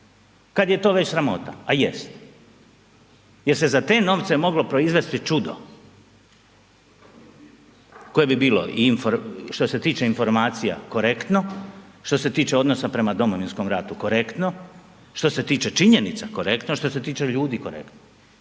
kad je to već sramota, a jest jer se za te novce moglo proizvesti čudo koje bi bilo što se tiče informacija korektno, što se tiče odnosa prema domovinskom ratu korektno, što se tiče činjenica korektno, što se tiče ljudi korektno,